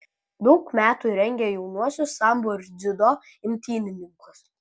daug metų rengė jaunuosius sambo ir dziudo imtynininkus